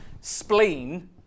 spleen